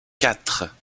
quatre